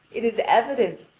it is evident.